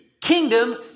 kingdom